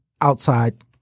outside